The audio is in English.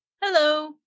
Hello